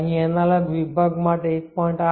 અહીં એનાલોગ વિભાગ માટે 1